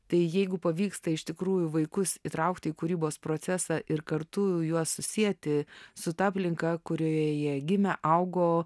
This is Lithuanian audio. tai jeigu pavyksta iš tikrųjų vaikus įtraukt į kūrybos procesą ir kartu juos susieti su ta aplinka kurioje jie gimė augo